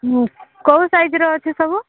ହୁଁ କୋଉ ସାଇଜ୍ର ଅଛି ସବୁ